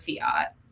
fiat